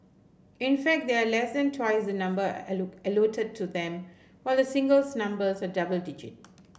in fact they are less than twice the number to them while the singles numbers are double digit